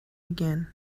again